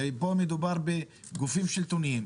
ופה מדובר בגופים שלטוניים,